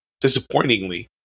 disappointingly